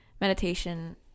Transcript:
meditation